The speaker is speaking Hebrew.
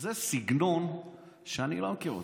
זה סגנון שאני לא מכיר אותו.